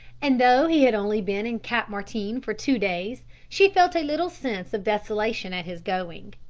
and though he had only been in cap martin for two days she felt a little sense of desolation at his going.